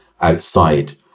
outside